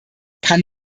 kann